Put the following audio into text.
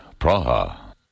Praha